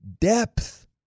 depth